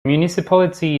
municipality